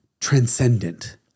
transcendent